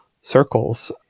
circles